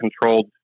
controlled